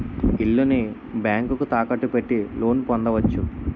ఇల్లుని బ్యాంకుకు తాకట్టు పెట్టి లోన్ పొందవచ్చు